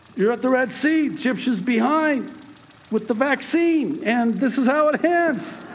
you're at the red sea, egyptians behind with the vaccine, and this is how it